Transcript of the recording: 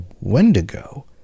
Wendigo